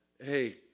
hey